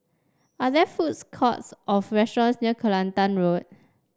are there foods courts of restaurants near Kelantan Road